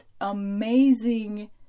amazing